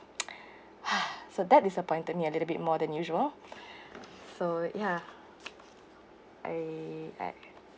so that disappointed me a little bit more than usual so ya I I